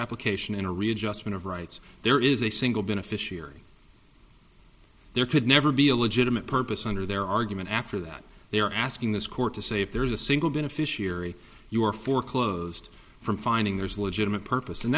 application in a readjustment of rights there is a single beneficiary there could never be a legitimate purpose under their argument after that they're asking this court to say if there's a single beneficiary you are foreclosed from finding there's a legitimate purpose and